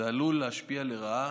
זה עלול להשפיע לרעה